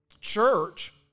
church